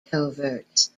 coverts